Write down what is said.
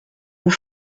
vous